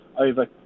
over